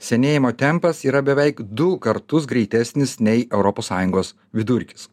senėjimo tempas yra beveik du kartus greitesnis nei europos sąjungos vidurkis